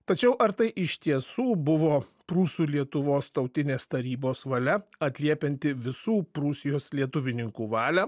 tačiau ar tai iš tiesų buvo prūsų lietuvos tautinės tarybos valia atliepianti visų prūsijos lietuvininkų valią